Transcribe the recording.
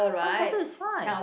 one quarter is fine